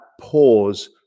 pause